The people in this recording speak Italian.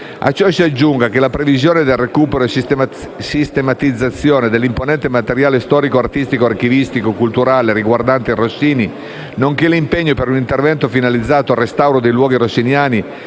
A ciò si aggiunga che la previsione del recupero e sistematizzazione dell'imponente materiale storico, artistico, archivistico e culturale riguardante il Rossini, nonché l'impegno per un intervento finalizzato al restauro dei luoghi rossiniani,